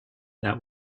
that